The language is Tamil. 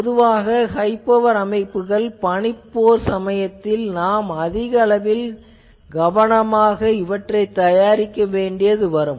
பொதுவாக இந்த ஹை பவர் அமைப்புகள் பனிப்போர் போன்ற சமயத்தில் நாம் அதிகளவில் கவனமாக இவற்றைத் தயாரிக்க வேண்டியது வரும்